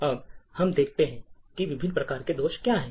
अब हम देखते हैं कि विभिन्न प्रकार के दोष क्या हैं